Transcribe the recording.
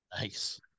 Nice